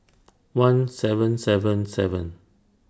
one seven seven seven